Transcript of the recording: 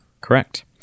Correct